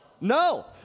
No